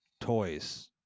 toys